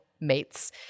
mates